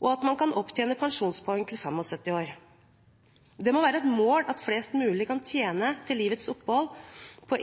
og at man kan opptjene pensjonspoeng fram til 75 år. Det må være et mål at flest mulig kan tjene til livets opphold på